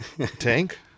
tank